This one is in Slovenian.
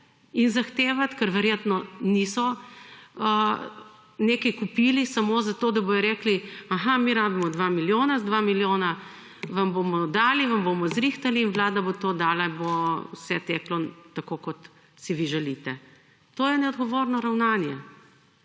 in zahtevati, ker verjetno niso nekaj kupili samo zato, da bodo rekli, aha, mi rabimo 2 milijona. 2 milijona vam bomo dali, vam bomo zrihtali, vlada bo to dala, bo vse teklo tako, kot si vi želite. To je neodgovorno ravnanje.